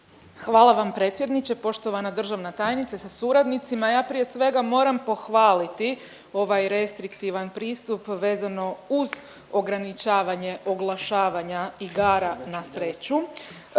Hvala vam predsjedniče. Poštovana državna tajnice sa suradnicima ja prije svega moram pohvaliti ovaj restriktivan pristup vezano uz ograničavanje oglašavanja igara na sreću,